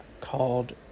called